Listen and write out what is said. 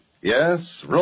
Yes